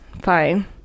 fine